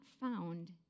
found